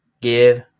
give